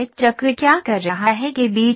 चक्र क्या कर रहा है के बीच में